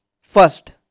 first